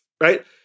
right